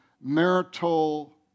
marital